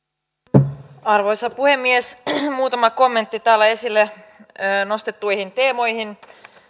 arvoisa arvoisa puhemies muutama kommentti täällä esille nostettuihin teemoihin